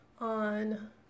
on